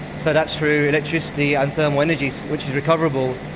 so that's through electricity and thermal energy, which is recoverable.